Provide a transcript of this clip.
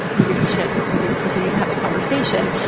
who gives a shit? we continue to have the conversation.